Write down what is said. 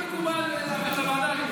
אם מקובל להעביר לוועדה,